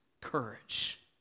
courage